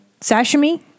Sashimi